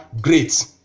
great